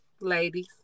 ladies